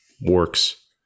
works